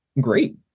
great